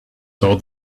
saw